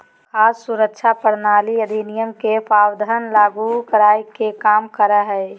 खाद्य सुरक्षा प्रणाली अधिनियम के प्रावधान लागू कराय के कम करा हइ